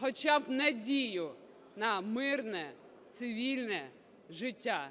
хоча б надію на мирне, цивільне життя.